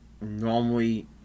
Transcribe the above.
normally